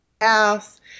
house